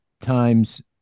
times